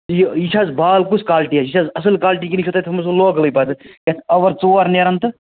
یہِ یہِ چھِ حظ بال کُس کالٹی حظ چھِ یہِ چھِ حظ اَصٕل کالٹی کِنہٕ یہِ چھو تۄہہِ تھٲومٕژ لوکلٕے پَتہٕ یَتھ اَوَر ژور نیرَن تہٕ